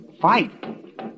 Fight